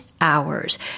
Hours